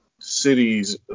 cities